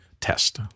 test